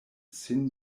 sin